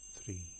Three